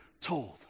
told